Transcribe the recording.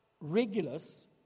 Regulus